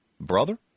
Brother